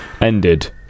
Ended